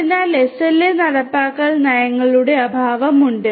അതിനാൽ SLA നടപ്പാക്കൽ നയങ്ങളുടെ അഭാവം ഉണ്ട്